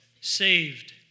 Saved